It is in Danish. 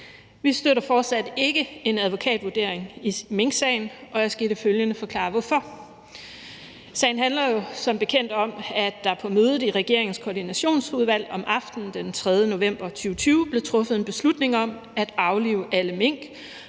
Vi støtter fortsat ikke en advokatvurdering i minksagen, og jeg skal i det følgende forklare hvorfor. Sagen handler jo som bekendt om, at der på mødet i regeringens koordinationsudvalg om aftenen den 3. november 2020 blev truffet en beslutning om at aflive alle mink